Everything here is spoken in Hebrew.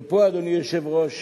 ופה, אדוני היושב-ראש,